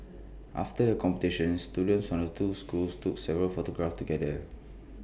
after the competition students from the two schools took several photographs together